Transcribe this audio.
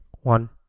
One